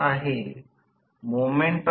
तर मुळात याला काय म्हणतात ते PG S PG असेल